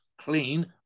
clean